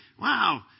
wow